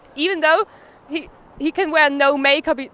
even though he he can wear no makeup,